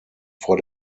vor